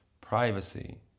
privacy